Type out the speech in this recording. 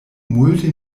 multe